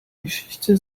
geschichte